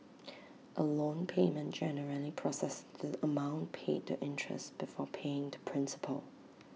A loan payment generally processes the amount paid to interest before paying to principal